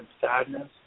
sadness